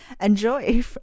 Enjoy